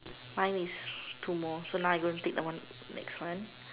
fine with two more so now we're gonna take the one next one